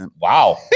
Wow